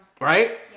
Right